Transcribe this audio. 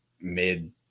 mid